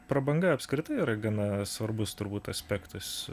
prabanga apskritai yra gana svarbus turbūt aspektas